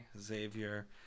Xavier